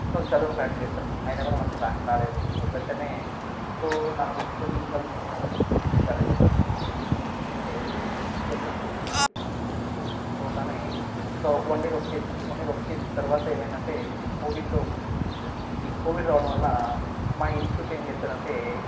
so చదువును practice చేశాను అయినా కూడా మనకు ర్యాంక్ రాలేదు సో వెంటనే సో నాకు ఇంకా దీన్ని చదువుకుంటూపోతే మన జీవితం చాలా దెబ్బతింటుంది అని చెప్పేసి ఏం చేశానంటే టీచింగ్ ప్రొఫెషన్ తీసుకున్నాను టీచింగ్ ప్రొఫెషన్ తీసుకోగానే సో వన్ ఇయర్ వర్క్ చేశాను వన్ ఇయర్ వర్క్ చేసి చేసిన తర్వాత ఏం అయ్యింది అంటే ఈ కోవిడ్లో ఈ కోవిడ్ రావడం వలన మా ఇన్స్టిట్యూట్లో ఏం చేశారు అంటే